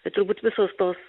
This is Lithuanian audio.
tai turbūt visos tos